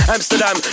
Amsterdam